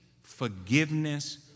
forgiveness